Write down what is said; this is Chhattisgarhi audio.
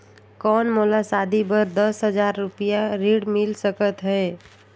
कौन मोला शादी बर दस हजार रुपिया ऋण मिल सकत है?